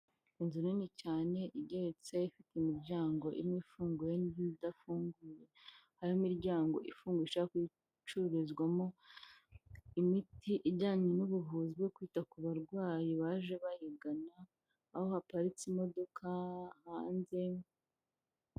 Inzu nini cyane igeretse ifite imiryango irimo ifunguye n'idafunguye, aho imiryango ifunguye ishobora kuba icururizwamo imiti ijyanye n'ubuvuzi bwo kwita ku barwayi baje bayigana, aho haparitse imodoka hanze.